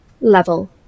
level